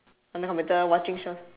on the computer watching shows